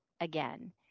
again